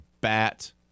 bat